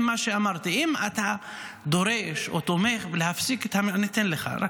מה שאמרתי: אם אתה דורש להפסיק את המלחמה, אז